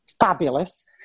Fabulous